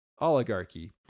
oligarchy